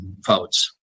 votes